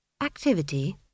Activity